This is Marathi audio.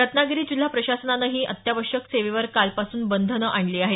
रत्नागिरी जिल्हा प्रशासनानंही अत्यावश्यक सेवेवर कालपासून बंधनं आणली आहेत